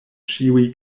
ĉiuj